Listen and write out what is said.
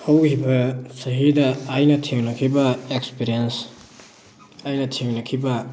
ꯍꯧꯈꯤꯕ ꯆꯍꯤꯗ ꯑꯩꯅ ꯊꯦꯡꯅꯈꯤꯕ ꯑꯦꯛꯁꯄꯤꯔꯦꯟ ꯑꯩꯅ ꯊꯦꯡꯅꯈꯤꯕ